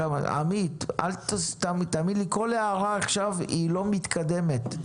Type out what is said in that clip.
עמית, תאמין לי, כל הערה עכשיו היא לא מתקדמת.